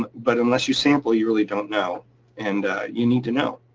but unless you sample, you really don't know and you need to know.